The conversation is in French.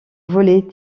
volet